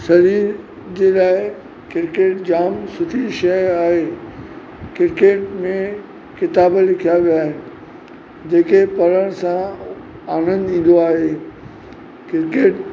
शरीर जे लाइ क्रिकेट जामु सुठी शइ आहे क्रिकेट में किताब लिखिया विया आहिनि जंहिंखे पढ़ण सां आनंद ईंदो आहे क्रिकेट